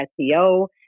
SEO